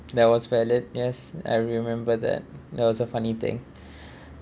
that was valid yes I remember that there was a funny thing